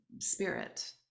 spirit